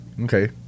okay